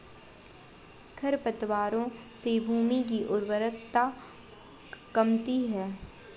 खरपतवारों से भूमि की उर्वरता कमती है